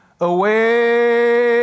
away